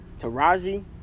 Taraji